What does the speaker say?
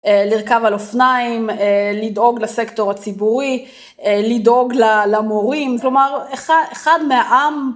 לרכב על אופניים, לדאוג לסקטור הציבורי, לדאוג למורים, כלומר אחד מהעם.